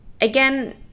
Again